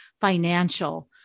financial